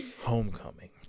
Homecoming